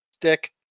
Dick